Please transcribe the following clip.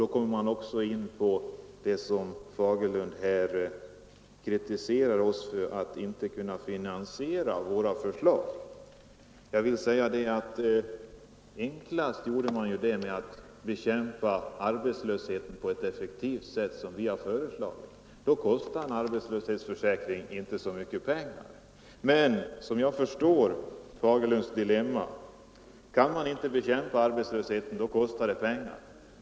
Därmed är jag inne på herr Fagerlunds kritik för att vi inte kunnat anvisa finansieringsvägar för genomförandet av våra förslag. Men enklast kunde vi göra det genom att bekämpa arbetslösheten på ett så effektivt sätt som vi har talat för. Då kostade arbetslöshetsförsäkring inte så mycket pengar. Men jag förstår herr Fagerlunds dilemma. Om man inte kan bekämpa arbetslösheten, så kostar den pengar.